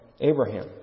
Abraham